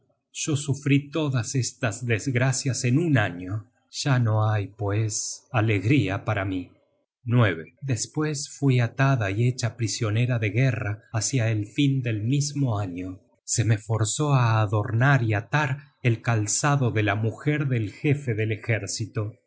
yo sufrí todas estas desgracias en un año ya no hay pues alegría para mí content from google book search generated at despues fui alada y hecha prisionera de guerra hácia el fin del mismo año se me forzó á adornar y atar el calzado de la mujer del jefe del ejército